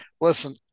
listen